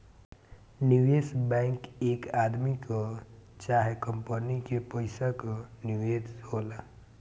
निवेश बैंक एक आदमी कअ चाहे कंपनी के पइसा कअ निवेश होला